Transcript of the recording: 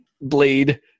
blade